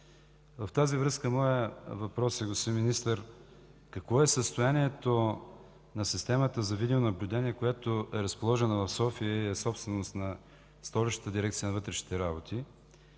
В тази връзка моят въпрос, господин Министър е: какво е състоянието на системата за видеонаблюдение, която е разположена в София и е собственост на Столичната дирекция на вътрешните работи?